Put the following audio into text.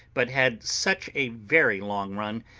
but had such a very long run,